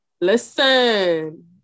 Listen